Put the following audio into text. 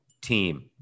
team